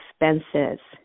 expenses